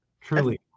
Truly